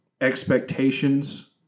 expectations